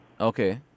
Okay